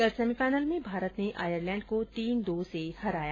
कल सेमीफाइनल में भारत ने आयरलैंड को तीन दो से हराया